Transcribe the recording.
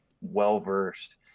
well-versed